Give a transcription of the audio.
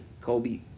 Kobe